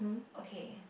okay